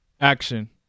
Action